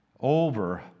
over